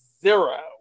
zero